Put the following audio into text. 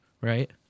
right